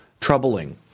troubling